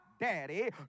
daddy